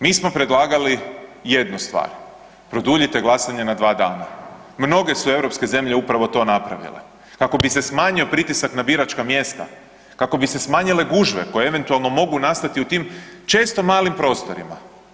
Mi smo predlagali jednu stvar, produljite glasanje na dva dana, mnoge su europske zemlje upravo to napravile kako bi se smanjio pritisak na biračka mjesta, kako bi se smanjile gužve koje eventualno mogu nastati u tim često malim prostorima.